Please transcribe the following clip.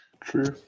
True